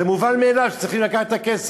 זה מובן מאליו שצריכים לקחת את הכסף.